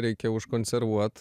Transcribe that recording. reikia užkonservuot